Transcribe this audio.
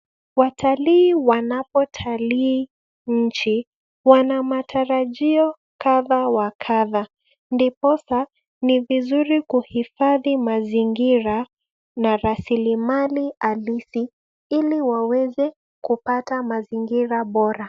Watalii wanapotalii nchi wana matarajio kadha wa kadha ndiposa ni vizuri kuhifadhi mazingira na raslimali halisi ili waweze kupata mazingira bora.